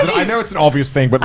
i know it's an obvious thing, but